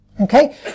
Okay